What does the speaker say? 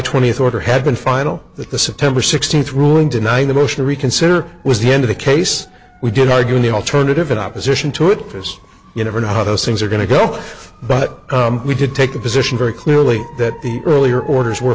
twenty eighth order had been final that the september sixteenth ruling denying the motion to reconsider was the end of the case we did argue in the alternative in opposition to it because you never know how those things are going to go but we did take the position very clearly that the earlier orders were